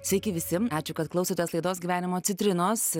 sveiki visi ačiū kad klausotės laidos gyvenimo citrinos